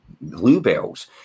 bluebells